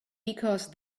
because